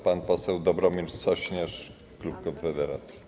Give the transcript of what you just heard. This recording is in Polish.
Pan poseł Dobromir Sośnierz, klub Konfederacji.